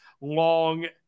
long